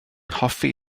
hoffi